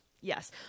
yes